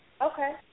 Okay